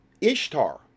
Ishtar